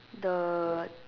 the